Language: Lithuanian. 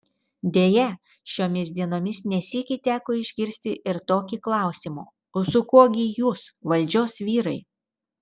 deja šiomis dienomis ne sykį teko išgirsti ir tokį klausimą o su kuo gi jūs valdžios vyrai